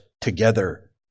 together